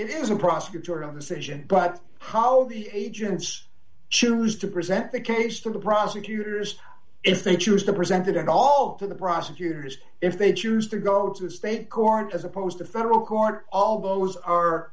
it is a prosecutorial decision but how the agents choose to present the case to the prosecutors if they choose to presented it all to the prosecutors if they choose to go to state court as opposed to federal court all those are